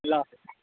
اللہ حافظ